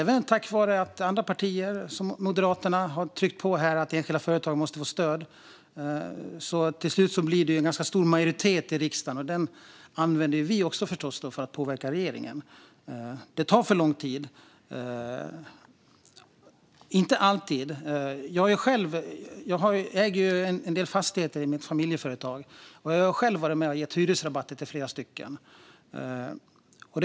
Och tack vare att andra partier, som Moderaterna, har tryckt på om att enskilda företag ska få stöd har det till slut blivit en ganska stor majoritet i riksdagen, och den utnyttjar vi för att påverka regeringen. Det tar för lång tid, men inte alltid. Jag äger själv en del fastigheter genom mitt familjeföretag, och jag har själv varit med om att ge hyresrabatter till flera företag.